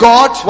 God